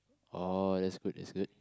oh that's good that's good